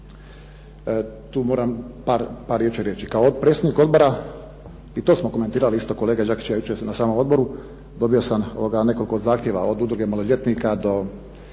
Tu moram par riječi reći. Kao predsjednik odbora i to smo komentirali isto kolega Đakić i ja jučer na samom odboru, dobio sam nekoliko zahtjeva od Udruge maloljetnika do